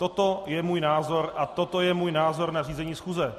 Toto je můj názor a toto je můj názor na řízení schůze.